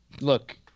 Look